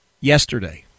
Yesterday